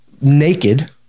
naked